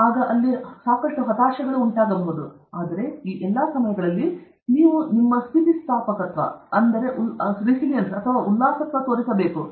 ಅಲ್ಲಿ ಸಾಕಷ್ಟು ಹತಾಶೆಗಳು ಇರಬಹುದು ಆದರೆ ಈ ಎಲ್ಲಾ ಸಮಯಗಳಲ್ಲಿ ನೀವು ನಿಮ್ಮ ಸ್ಥಿತಿಸ್ಥಾಪಕತ್ವವನ್ನು ತೋರಿಸಬೇಕು